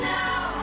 now